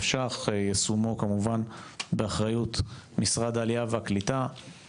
שקלים אחרי יישומו באחריות משרד העלייה והקליטה.